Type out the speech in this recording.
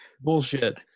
bullshit